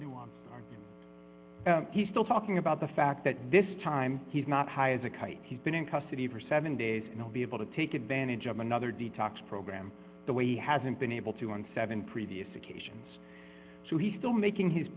one he's still talking about the fact that this time he's not high as a kite he's been in custody for seven days you know be able to take advantage of another detox program the way he hasn't been able to on seven previous occasions so he's still making his